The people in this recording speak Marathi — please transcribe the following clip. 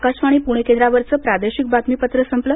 आकाशवाणी प्रणे केंद्रावरचं प्रादेशिक बातमीपत्र संपलं